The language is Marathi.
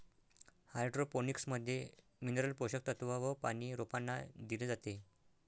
हाइड्रोपोनिक्स मध्ये मिनरल पोषक तत्व व पानी रोपांना दिले जाते